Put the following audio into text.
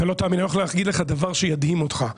אתה לא תאמין אני הולך להגיד לך דבר שידהים אותך,